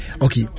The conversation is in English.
Okay